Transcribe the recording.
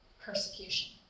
persecution